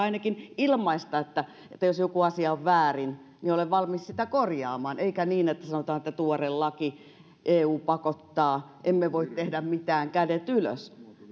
ainakin ilmaista että jos joku asia on väärin niin olen valmis sitä korjaamaan ei niin että sanotaan että tuore laki eu pakottaa emme voi tehdä mitään kädet ylös